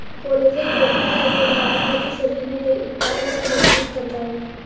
collagen protein का एक परिवार है जो शरीर में कई ऊतकों को मजबूत करता है